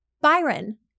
Byron